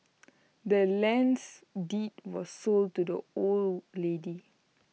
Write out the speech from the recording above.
the land's deed was sold to the old lady